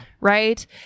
Right